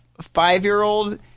five-year-old